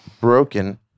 broken